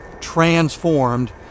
transformed